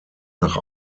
nach